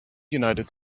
united